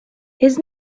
his